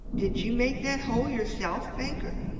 did you make that hole yourself, banker?